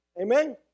Amen